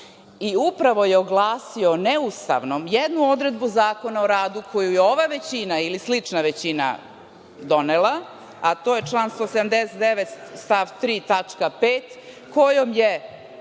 Upravo je oglasio neustavnom jednu odredbu Zakona o radu, koju je ova većina, ili slična većina donela, a to je član 179. stav 3. tačka 5. kojom je